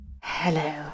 Hello